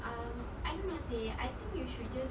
um I don't know seh I think you should just